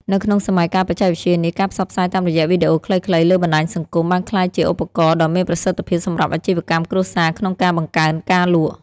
នៅក្នុងសម័យកាលបច្ចេកវិទ្យានេះ ការផ្សព្វផ្សាយតាមរយៈវីដេអូខ្លីៗលើបណ្ដាញសង្គម បានក្លាយជាឧបករណ៍ដ៏មានប្រសិទ្ធភាពសម្រាប់អាជីវកម្មគ្រួសារក្នុងការបង្កើនការលក់។